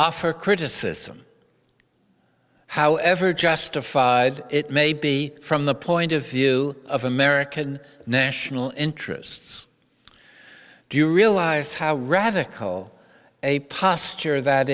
offer criticism however justified it may be from the point of view of american national interests do you realize how radical a posture that